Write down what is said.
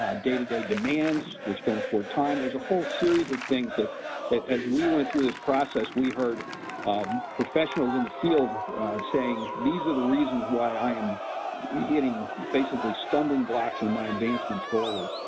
day-to-day demands which don't afford time. there's a whole series of things that that as we went through this process, we heard um professionals in the field saying these are the reasons why i am hitting basically stumbling blocks in my advancement forward.